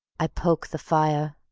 i poke the fire,